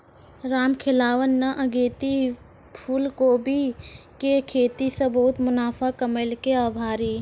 रामखेलावन न अगेती फूलकोबी के खेती सॅ बहुत मुनाफा कमैलकै आभरी